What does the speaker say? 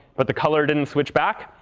but the colored didn't switch back.